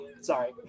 Sorry